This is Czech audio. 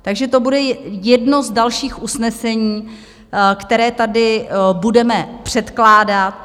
Takže to bude jedno z dalších usnesení, které tady budeme předkládat.